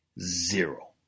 Zero